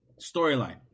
storyline